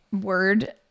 word